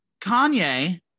Kanye